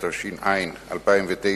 התש”ע 2009,